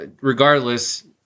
regardless